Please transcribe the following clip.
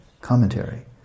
commentary